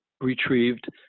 retrieved